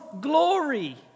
glory